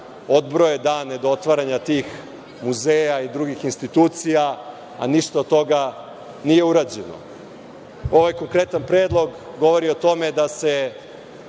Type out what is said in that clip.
odbroje dane do otvaranja tih muzeja i drugih institucija, a ništa od toga nije urađeno. Ovaj konkretan predlog govori o tome da se